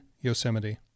Yosemite